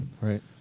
Right